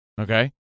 Okay